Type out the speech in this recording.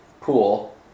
pool